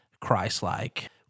Christ-like